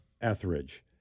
Etheridge